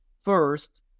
first